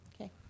Okay